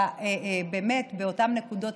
באמת באותן נקודות.